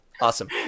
Awesome